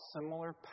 similar